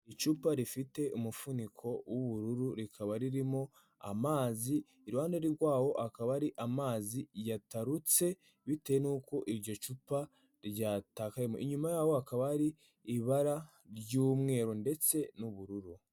Icupa rifite umufuniko w'ubururu rikaba ririmo amazi. Iruhande rwawo hakaba hari amazi yatarutse bitewe n'uko iryo cupa ryatakayemo. Inyuma yaho hakaba hari ibara ry'umweru ndetse n'ubururu.